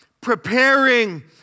preparing